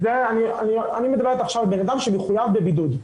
אני מדברת עכשיו, בן אדם שמחויב בבידוד,